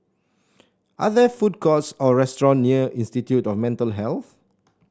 are there food courts or restaurant near Institute of Mental Health